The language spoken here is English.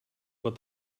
but